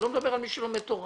אני לא מדבר על מי שלומד תורה.